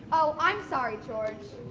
oh, i'm sorry george.